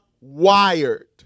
wired